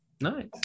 nice